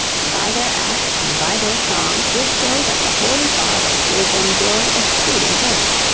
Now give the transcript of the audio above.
and by their acts and by their songs did show that the holy father gave them joy exceeding great.